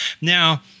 now